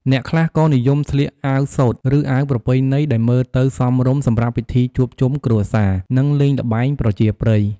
អ្នកខ្លះក៏និយមស្លៀកអាវសូត្រ ឬអាវប្រពៃណីដែលមើលទៅសមរម្យសម្រាប់ពិធីជួបជុំគ្រួសារ និងលេងល្បែងប្រជាប្រិយ។